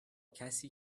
کسی